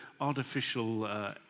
artificial